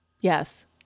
Yes